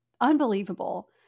unbelievable